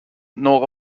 nor